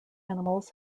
animals